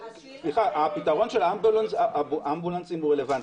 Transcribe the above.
הפתרון של האמבולנס הוא רלוונטי.